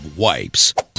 wipes